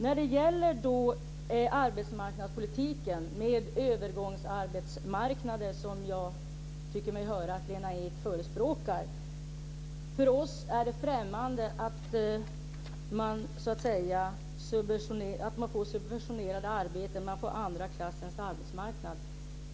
Vad gäller arbetsmarknadspolitiken tycker jag mig höra att Lena Ek förespråkar övergångsarbetsmarknader. För oss är det främmande att ha subventionerade arbeten på en andra klassens arbetsmarknad.